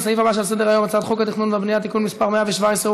לסעיף הבא שעל סדר-היום: הצעת חוק התכנון והבנייה (תיקון מס' 117,